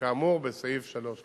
כאמור בסעיף 3 לעיל.